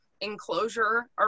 enclosure